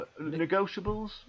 negotiables